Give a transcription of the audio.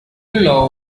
law